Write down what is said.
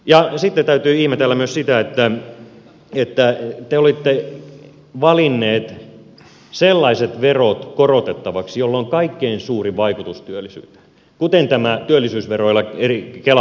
ja sitten täytyy ihmetellä myös sitä että te olitte valinneet sellaiset verot korotettaviksi joilla on kaikkein suurin vaikutus työllisyyteen kuten tämä työllisyysvero eli kela maksu